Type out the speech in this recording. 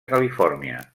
califòrnia